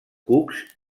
cucs